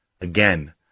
Again